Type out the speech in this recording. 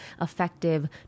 effective